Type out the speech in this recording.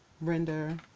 render